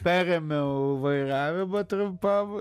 perėmiau vairavimą trumpam